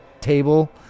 table